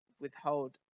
withhold